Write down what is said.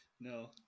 No